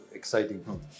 exciting